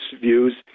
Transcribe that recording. views